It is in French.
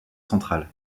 central